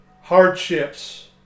hardships